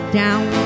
down